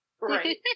Right